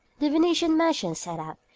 the venetian merchants set out,